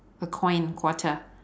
a coin quarter